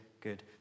good